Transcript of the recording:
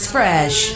Fresh